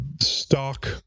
stock